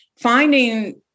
finding